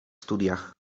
studiach